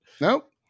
Nope